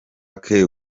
jacques